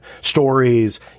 stories